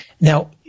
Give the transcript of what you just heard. Now